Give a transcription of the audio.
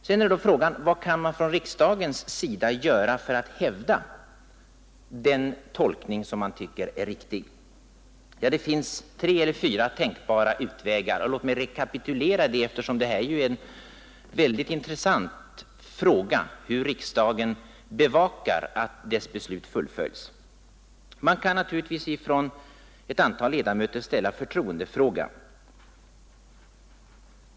Sedan är frågan vad man från riksdagens sida kan göra för att hävda den tolkning som man tycker är riktig. Det finns tre eller fyra tänkbara utvägar, och låt mig rekapitulera dem, eftersom det är intressant hur riksdagen kan bevaka att dess beslut fullföljs. Man kan från ett antal ledamöter ställa förtroendefråga.